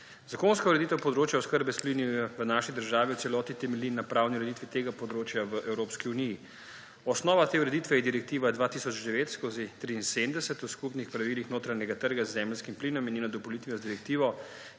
Zakonska ureditev področja oskrbe s plini v naši državi v celoti temelji na pravni ureditvi tega področja v Evropski uniji. Osnova te ureditve je Direktiva 2009/73 o skupnih pravilih notranjega trga z zemeljskim plinom in njena dopolnitev z Direktivo